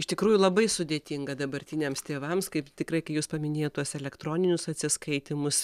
iš tikrųjų labai sudėtinga dabartiniams tėvams kaip tikrai kai jūs paminėjot tuos elektroninius atsiskaitymus